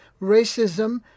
racism